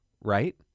right